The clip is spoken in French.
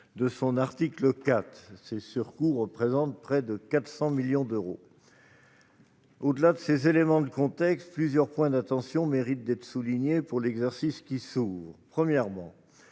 de son article 4. Ces surcoûts représentent près de 400 millions d'euros. Au-delà de ces éléments de contexte, plusieurs points d'attention méritent d'être soulignés pour l'exercice qui s'ouvre. Premièrement,